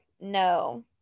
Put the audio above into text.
no